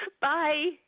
Bye